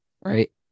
right